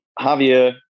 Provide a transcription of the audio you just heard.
Javier